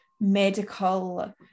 medical